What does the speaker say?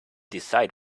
decide